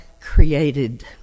created